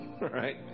right